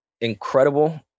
incredible